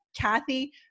kathy